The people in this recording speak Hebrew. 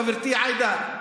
חברתי עאידה,